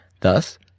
Thus